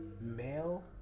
male